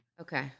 Okay